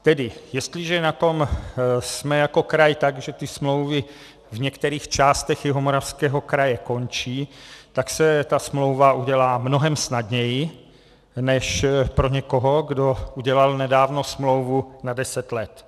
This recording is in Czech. Tedy jestliže na tom jsme jako kraj tak, že ty smlouvy v některých částech Jihomoravského kraje končí, tak se ta smlouva udělá mnohem snadněji než pro někoho, kdo udělal nedávno smlouvu na deset let.